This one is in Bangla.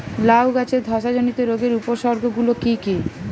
লাউ গাছের ধসা জনিত রোগের উপসর্গ গুলো কি কি?